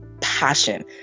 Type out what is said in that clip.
passion